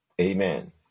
Amen